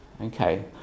Okay